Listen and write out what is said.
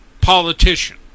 politician